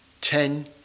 ten